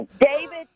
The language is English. David